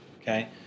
okay